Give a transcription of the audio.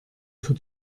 für